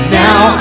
now